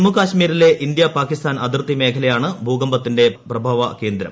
ജമ്മു കാശ്മീരിലെ ഇന്ത്യ പാകിസ്ഥാൻ അതിർത്തി മേഖലയാണ് ഭൂകമ്പത്തിന്റെ പ്രഭവകേന്ദ്രം